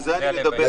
על זה אני מדבר.